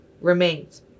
remains